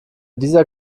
dieser